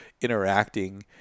interacting